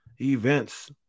Events